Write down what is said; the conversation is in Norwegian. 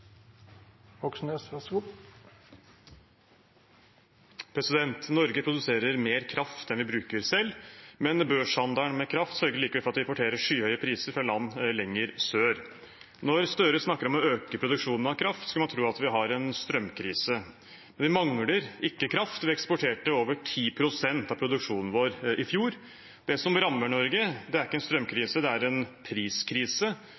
Norge produserer mer kraft enn vi bruker selv, men børshandelen med kraft sørger likevel for at vi importerer skyhøye priser fra land lenger sør. Når Støre snakker om å øke produksjonen av kraft, skulle man tro at vi har en strømkrise. Men vi mangler ikke kraft. Vi eksporterte over 10 pst. av produksjonen vår i fjor. Det som rammer Norge, er ikke en strømkrise. Det er en priskrise